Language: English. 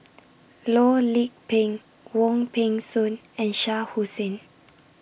Loh Lik Peng Wong Peng Soon and Shah Hussain